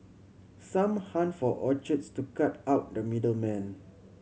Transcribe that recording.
some hunt for orchards to cut out the middle man